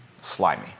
slimy